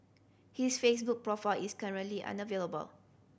his Facebook profile is currently unavailable